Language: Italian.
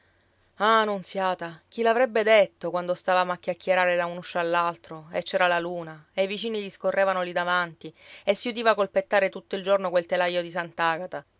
nunziata chi l'avrebbe detto quando stavamo a chiacchierare da un uscio all'altro e c'era la luna e i vicini discorrevano lì davanti e si udiva colpettare tutto il giorno quel telaio di